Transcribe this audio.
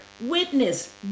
witness